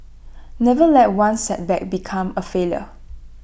never let one setback become A failure